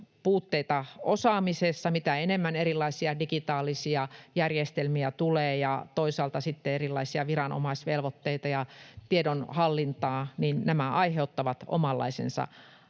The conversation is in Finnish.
puutteita osaamisessa — mitä enemmän erilaisia digitaalisia järjestelmiä ja toisaalta sitten erilaisia viranomaisvelvoitteita ja tiedonhallintaa tulee, niin nämä aiheuttavat omanlaisensa